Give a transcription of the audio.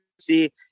see